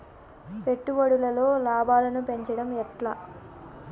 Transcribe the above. పెట్టుబడులలో లాభాలను పెంచడం ఎట్లా?